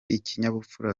ikinyabupfura